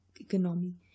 economy